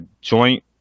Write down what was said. joint